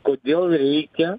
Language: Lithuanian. kodėl reikia